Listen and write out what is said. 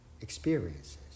experiences